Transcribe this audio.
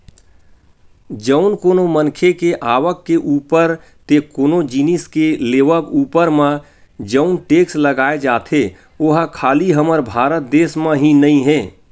जउन कोनो मनखे के आवक के ऊपर ते कोनो जिनिस के लेवब ऊपर म जउन टेक्स लगाए जाथे ओहा खाली हमर भारत देस म ही नइ हे